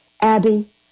Abby